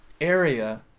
area